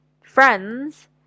friends